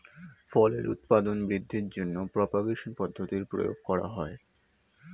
ফলের উৎপাদন বৃদ্ধির জন্য প্রপাগেশন পদ্ধতির প্রয়োগ করা হয়